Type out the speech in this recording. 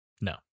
No